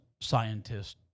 scientists